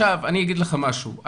אני אומר לך משהו.